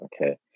okay